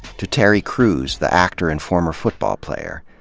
to terry crews, the actor and former football player.